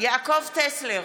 יעקב טסלר,